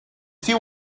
see